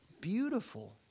beautiful